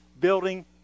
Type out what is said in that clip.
building